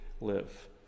live